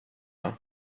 jag